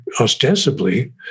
ostensibly